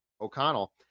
O'Connell